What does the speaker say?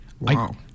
Wow